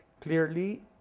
clearly